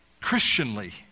Christianly